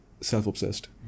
self-obsessed